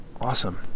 awesome